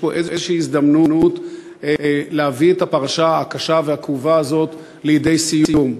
יש פה איזושהי הזדמנות להביא את הפרשה הקשה והכאובה הזאת לידי סיום.